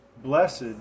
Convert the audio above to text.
Blessed